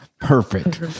perfect